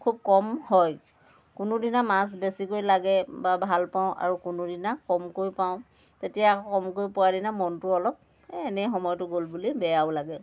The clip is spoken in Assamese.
খুব কম হয় কোনোদিনা মাছ বেছিকৈ লাগে বা ভাল পাওঁ আৰু কোনোদিনা কমকৈ পাওঁ তেতিয়া কমকৈ পোৱাৰ দিনা মনটো অলপ এই এনেই সময়টো গ'ল বুলি বেয়াও লাগে